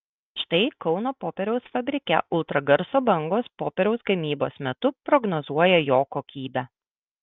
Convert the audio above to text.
štai kauno popieriaus fabrike ultragarso bangos popieriaus gamybos metu prognozuoja jo kokybę